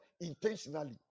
intentionally